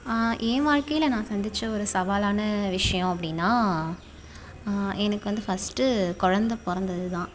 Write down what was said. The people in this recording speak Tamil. ஏன் வாழ்க்கையில் நான் சந்தித்த ஒரு சவாலான விஷயம் அப்படின்னா எனக்கு வந்து ஃபர்ஸ்ட்டு குழந்த பிறந்தது தான்